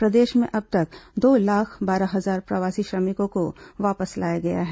प्रदेश में अब तक दो लाख बारह हजार प्रवासी श्रमिकों को वापस लाया गया है